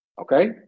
okay